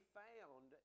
found